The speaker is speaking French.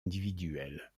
individuelle